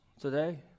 today